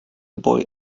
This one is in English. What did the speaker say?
boy